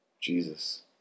Jesus